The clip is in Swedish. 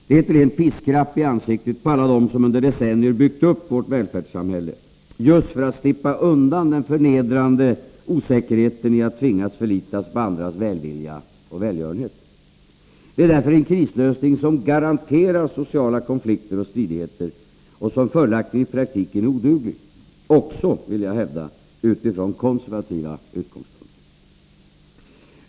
Det är ett rent piskrapp i ansiktet på alla dem som under decennier byggt upp vårt välfärdssamhälle just för att slippa undan den förnedrande osäkerheten i att tvingas förlita sig på andras välvilja och välgörenhet. Det är därför en krislösning som garanterar sociala konflikter och stridigheter och som följaktligen i praktiken är oduglig — också, vill jag hävda, utifrån konservativa utgångspunkter!